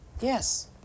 yes